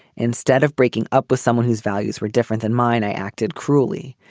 instead of breaking up with someone whose values were different than mine, i acted cruelly.